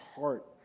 heart